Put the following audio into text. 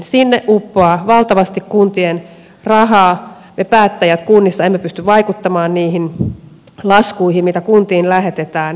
sinne uppoaa valtavasti kuntien rahaa me päättäjät kunnissa emme pysty vaikuttamaan niihin laskuihin mitä kuntiin lähetetään